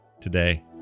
today